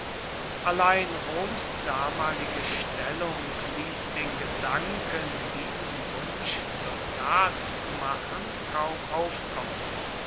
allein roms damalige stellung ließ den gedanken diesen wunsch zur tat zu machen kaum aufkommen